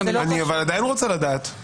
אבל אני עדיין רוצה לדעת.